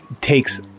takes